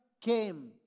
came